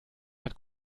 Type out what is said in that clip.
hat